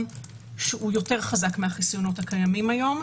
שהוא יותר חזק מהחסיונות הקיימים היום.